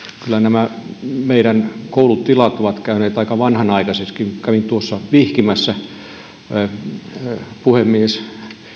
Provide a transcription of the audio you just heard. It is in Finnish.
kyllä nämä meidän koulutilat ovat käyneet aika vanhanaikaisiksikin kävin vihkimässä kun puhemies